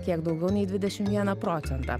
kiek daugiau nei dvidešimt vieną procentą